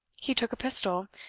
he took a pistol,